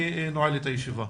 אני נועל את הישיבה.